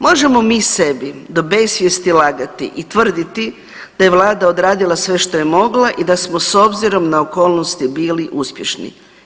Možemo mi sebi do besvijesti lagati i tvrditi da je Vlada odradila sve što je mogla i da smo s obzirom na okolnosti bili uspješni.